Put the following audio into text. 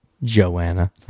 Joanna